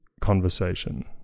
conversation